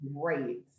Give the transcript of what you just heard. great